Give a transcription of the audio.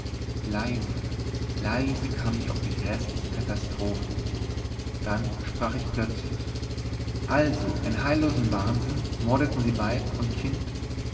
leise leise kam ich auf die gräßliche katastrophe dann sprach ich plötzlich also in heillosem wahnsinn mordeten sie weib und kind